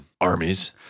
armies